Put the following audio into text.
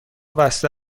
بسته